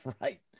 Right